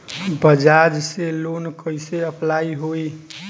बजाज से लोन कईसे अप्लाई होई?